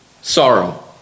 sorrow